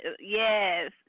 Yes